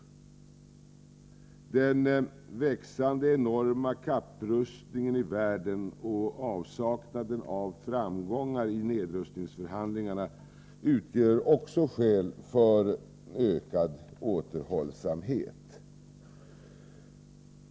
Den enorma och växande kapprustningen i världen och avsaknaden av framgångar i nedrustningsförhandlingarna utgör också skäl för ökad återhållsamhet.